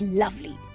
lovely